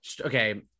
okay